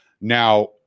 Now